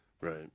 Right